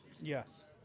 Yes